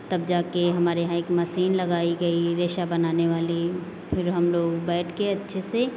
तब जाके हमारे यहाँ एक मशीन लगाई गई रेशा बनाने वाली फिर हम लोग बैठ के अच्छे से